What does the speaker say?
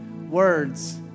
words